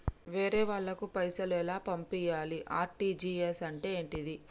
వేరే వాళ్ళకు పైసలు ఎలా పంపియ్యాలి? ఆర్.టి.జి.ఎస్ అంటే ఏంటిది?